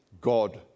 God